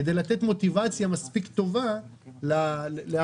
כדי לתת מוטיבציה מספיק טובה להמשיך.